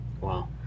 Wow